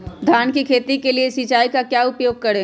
धान की खेती के लिए सिंचाई का क्या उपयोग करें?